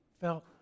felt